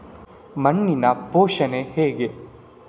ಮಣ್ಣಿನ ಪೋಷಣೆ ಹೇಗೆ?